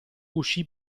uscí